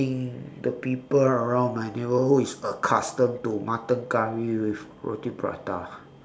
think the people around my neighbourhood is accustomed to mutton curry with roti prata